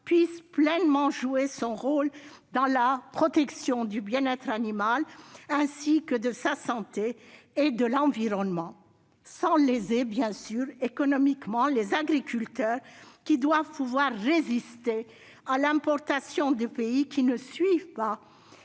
puisse pleinement jouer son rôle dans la protection du bien-être animal, ainsi que de sa santé et de l'environnement, sans, bien sûr, léser économiquement les agriculteurs, qui doivent pouvoir résister aux importations issues de pays qui ne suivent pas